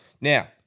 Now –